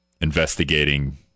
investigating